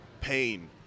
pain